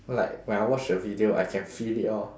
like when I watch the video I can feel it lor